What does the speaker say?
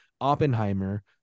Oppenheimer